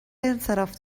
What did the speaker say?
انصراف